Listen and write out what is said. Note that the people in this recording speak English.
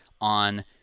on